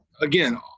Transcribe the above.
again